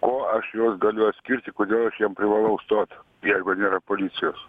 o aš juos galiu atskirti kodėl aš jiem privalau stot jeigu nėra policijos